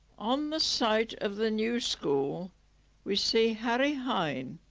on the site of the new school we see harry hine,